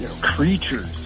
creatures